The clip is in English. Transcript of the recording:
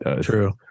True